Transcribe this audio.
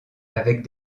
avec